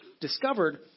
discovered